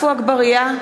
עפו אגבאריה,